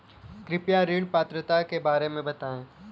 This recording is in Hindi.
कृपया ऋण पात्रता के बारे में बताएँ?